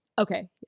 Okay